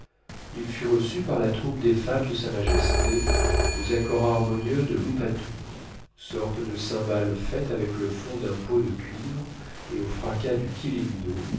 il fut reçu par la troupe des femmes de sa majesté aux accords harmonieux de lupatu de cymbale faite avec le fond d'un pot de cuivre et au fracas du kilindo